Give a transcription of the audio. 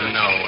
no